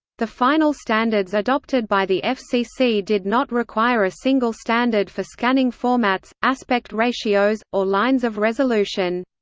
the final standards adopted by the fcc did not require a single standard for scanning formats, aspect ratios, or lines of resolution.